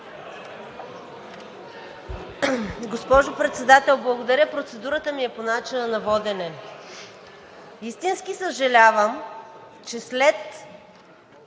Госпожо Председател, благодаря. Процедурата ми е по начина на водене. Истински съжалявам, че след